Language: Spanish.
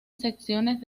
secciones